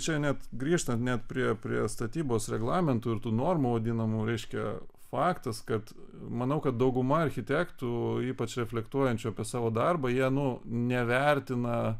čia net grįžtant net prie prie statybos reglamentų ir tų normų vadinamų reiškia faktas kad manau kad dauguma architektų ypač reflektuojančių apie savo darbą jie nu nevertina